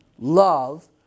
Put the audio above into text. love